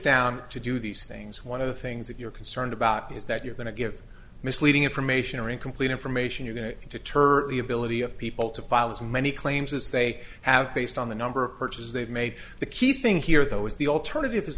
down to do these things one of the things that you're concerned about is that you're going to give misleading information or incomplete information you're going to target the ability of people to file as many claims as they have based on the number of purchases they've made the key thing here though is the alternative is